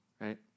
right